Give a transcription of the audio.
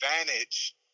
advantage